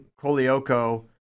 Kolioko